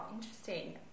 interesting